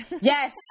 yes